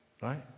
right